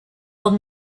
old